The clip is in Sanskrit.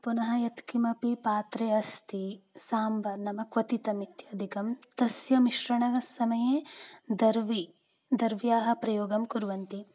पुनः यत्किमपि पात्रे अस्ति साम्बार् नाम क्वथितमित्यादिकं तस्य मिश्रणहसमये दर्वी दर्व्याः प्रयोगं कुर्वन्ति